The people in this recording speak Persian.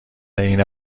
عین